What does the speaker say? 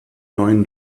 neuen